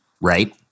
right